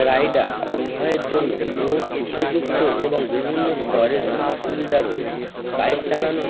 rider উভয়ের জন্য উব উপযুক্ত এবং বিভিন্ন স্তরের অসুবিধা রয়েছে বাইক চালানোর